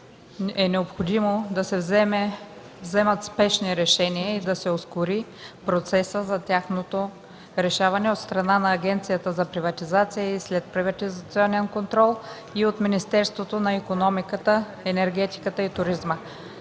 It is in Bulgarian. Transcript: е необходимо да се вземат спешни решения и да се ускори процесът за тяхното решаване от страна на Агенцията за приватизация и следприватизационен контрол и от Министерството на икономиката, енергетиката и туризма.